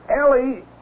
Ellie